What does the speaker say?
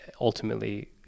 ultimately